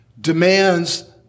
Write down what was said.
demands